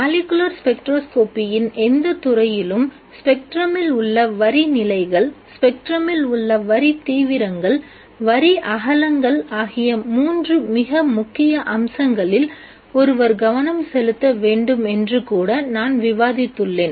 molecular ஸ்பெக்ட்ரோஸ்கோப்பியின் எந்த துறையிலும் ஸ்பெக்ட்ரமில் உள்ள வரி நிலைகள் ஸ்பெக்ட்ரமில் உள்ள வரி தீவிரங்கள் வரி அகலங்கள் ஆகிய மூன்று மிக முக்கிய அம்சங்களில் ஒருவர் கவனம் செலுத்த வேண்டும் என்று கூட நான் விவாதித்துள்ளேன்